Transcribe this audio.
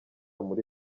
muri